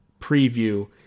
preview